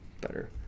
better